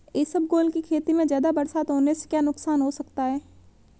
इसबगोल की खेती में ज़्यादा बरसात होने से क्या नुकसान हो सकता है?